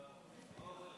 חבריי חברי